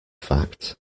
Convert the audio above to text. fact